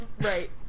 Right